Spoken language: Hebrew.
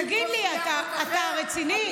תגיד לי, אתה רציני?